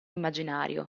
immaginario